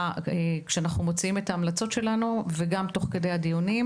כשאנחנו מוציאים את ההמלצות שלנו וגם תוך כדי הדיונים,